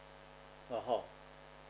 uh oh